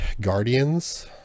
guardians